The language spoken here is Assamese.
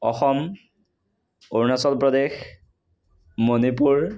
অসম অৰুণাচল প্ৰদেশ মণিপুৰ